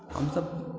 हमसभ